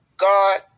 God